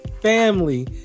family